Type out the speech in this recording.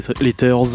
Letters